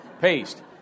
Paste